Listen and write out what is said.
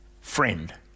friend